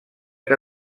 que